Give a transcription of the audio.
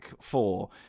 four